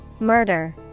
Murder